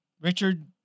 Richard